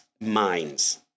Minds